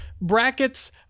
brackets